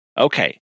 okay